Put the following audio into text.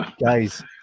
guys